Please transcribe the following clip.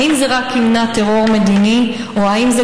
האם זה רק ימנע טרור מדיני או האם זה